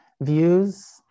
views